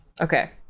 Okay